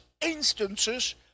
instances